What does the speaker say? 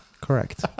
Correct